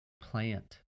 plant